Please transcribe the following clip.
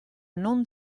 non